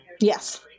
Yes